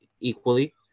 equally